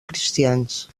cristians